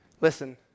Listen